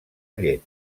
llet